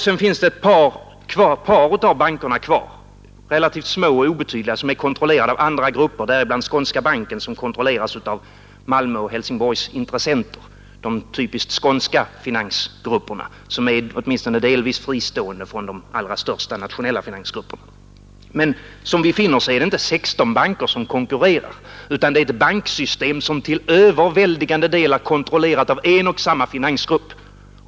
Sedan finns det ett par av bankerna kvar — relativt små — som är kontrollerade av andra grupper. Däribland är Skånska banken, som kontrolleras av Malmöoch Hälsingborgsintressenter, de typiskt skånska finansgrupperna, vilka är åtminstone delvis fristående från de allra största nationella finansgrupperna. Men som vi finner är det inte 16 banker som konkurrerar, utan det är ett banksystem som till överväldigande del är kontrollerat av en och samma finansgrupp.